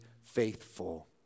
faithful